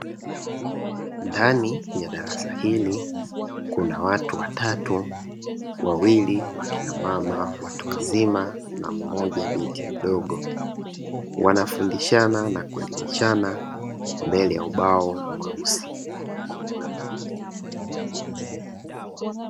Ndani ya darasa hili kuna watu watatu wawili wakina mama watu wazima, na mmoja binti mdogo wanafundishana na kuelimishana mbele ya ubao mweusi.